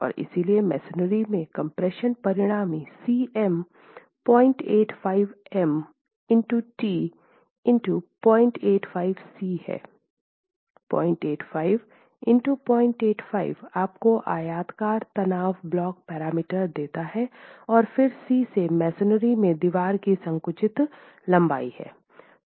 और इसलिए मसोनरी में कम्प्रेशन परिणामी Cm 085 f m t 085 c हैं 085 x 085 आपको आयताकार तनाव ब्लॉक पैरामीटर देता है और c फिर से मसोनरी में दीवार की संकुचित लंबाई हैं